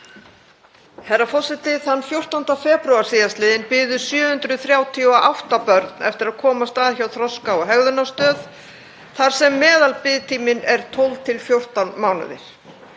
Herra forseti. Þann 14. febrúar síðastliðinn biðu 738 börn eftir að komast að hjá Þroska- og hegðunarstöð þar sem meðalbiðtími er 12–14 mánuðir.